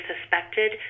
suspected